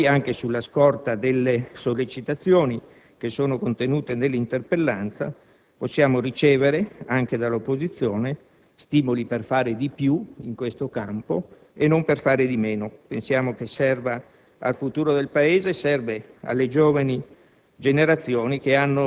Mi auguro che d'ora in poi, anche sulla scorta delle sollecitazioni che sono contenute nell'interpellanza, possiamo ricevere anche dall'opposizione stimoli per fare di più e non di meno, in questo campo. Pensiamo che serva al futuro del Paese: serve alle giovani